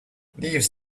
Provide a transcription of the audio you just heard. leaves